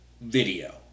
video